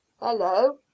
Hello